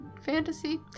fantasy